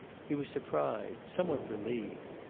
he was surprised, somewhat relieved.